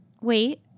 wait